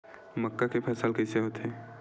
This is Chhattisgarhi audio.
मक्का के फसल कइसे होथे?